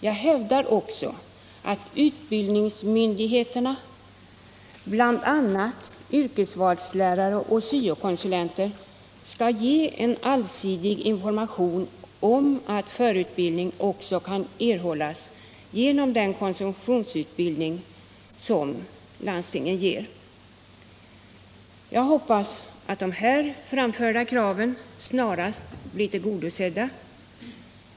Jag hävdar även att utbildningsmyndigheterna bl.a. genom yrkesvalslärare och SYO-konsulenter skall ge en allsidig information om att förutbildning också kan erhållas genom den konsumtionsutbildning som anordnas av landstingen. Jag hoppas att de här framförda kraven snarast blir tillgodosedda.